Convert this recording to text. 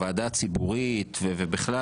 הוועדה הציבורית ובכלל,